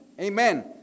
Amen